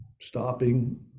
stopping